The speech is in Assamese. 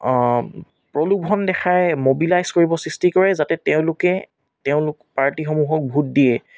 প্ৰলোভন দেখাই ম'বিলাইজ কৰিব সৃষ্টি কৰে যাতে তেওঁলোকে তেওঁলোক পাৰ্টীসমূহক ভোট দিয়ে